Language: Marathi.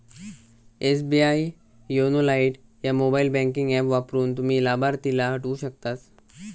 एस.बी.आई योनो लाइट ह्या मोबाईल बँकिंग ऍप वापरून, तुम्ही लाभार्थीला हटवू शकतास